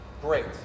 Great